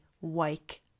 wake